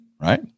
right